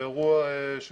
הוא אירוע לא סימפטי,